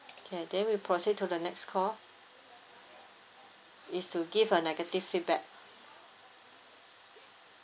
okay then we proceed to the next call it's to give a negative feedback